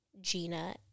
Gina